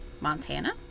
Montana